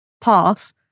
pass